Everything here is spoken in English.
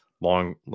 long